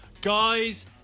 guys